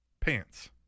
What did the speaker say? Pants